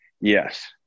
Yes